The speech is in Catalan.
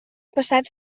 passat